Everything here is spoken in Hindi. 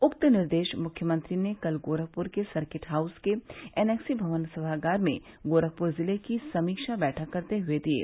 उक्त निर्देश मुख्यमंत्री ने कल गोरखप्र के सर्किट हाउस के एनेक्सी भवन सभागार में गोरखप्र जिले की समीक्षा बैठक करते हुए दिये